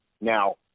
Now